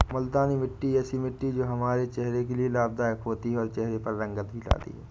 मूलतानी मिट्टी ऐसी मिट्टी है जो की हमारे चेहरे के लिए लाभदायक होती है और चहरे पर रंगत भी लाती है